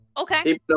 Okay